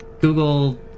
Google